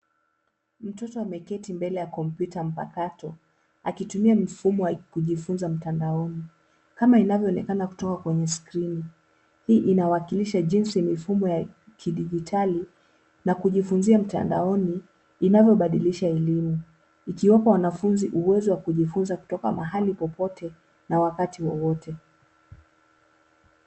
Mtoto ameketi mbele ya kompyuta mpakato akitumia mfumo wa kujifunza mtandaoni. Kama inavyoonekana kutoka kwenye skrini, hii inawakilisha jinsi mifumo ya kidijitali na kujifunzia mtandaoni inavyobadilisha elimu, ikiwapa wanafunzi uwezo wa kujifunza kutoka mahali popote na wakati wowote.